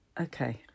Okay